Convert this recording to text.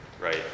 right